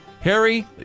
Harry